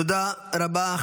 תודה רבה.